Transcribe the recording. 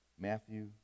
Matthew